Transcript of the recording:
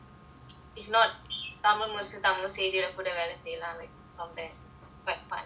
if not tamil Tamil முடிச்சிட்டு தமிழ் செய்தியாளர கூட வேலை செய்லானு:tamil mudichittu tamil seithiyaalara kuda velai seilaanu